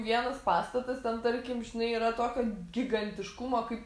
vienas pastatas ten tarkim žinai yra tokio gigantiškumo kaip